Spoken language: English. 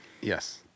yes